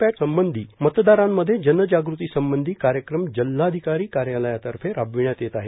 पॅट संबंधी मतदारांमध्ये जनजागृती संबंधी कार्यक्रम जिल्हाधिकारी कार्यालयातर्फे राबविण्यात येत आहेत